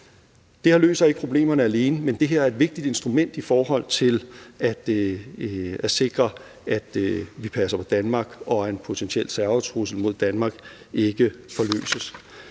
Det her løser ikke problemerne alene, men det er et vigtigt instrument i forhold til at sikre, at vi passer på Danmark, og at en potentiel terrortrussel mod Danmark ikke forløses.